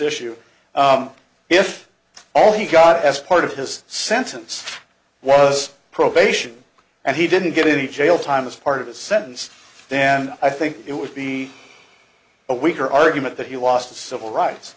issue if all he got as part of his sentence was probation and he didn't get any jail time as part of the sentence then i think it would be a week or argument that he lost the civil rights